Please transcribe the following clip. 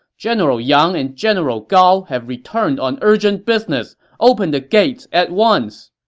general yang and general gao have returned on urgent business! open the gates at once!